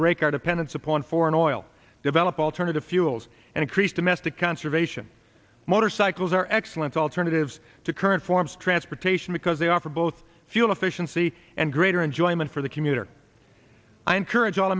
break our dependence upon foreign oil develop alternative fuels and increase domestic conservation motorcycles are excellent alternatives to current forms transportation because they offer both fuel efficiency and greater enjoyment for the commuter i encourage all